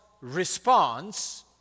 response